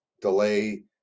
delay